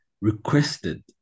requested